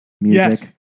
Music